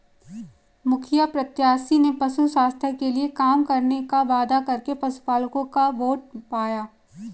मुखिया प्रत्याशी ने पशु स्वास्थ्य के लिए काम करने का वादा करके पशुपलकों का वोट पाया